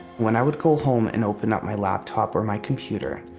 when i would go home and open up my laptop or my computer,